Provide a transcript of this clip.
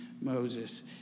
Moses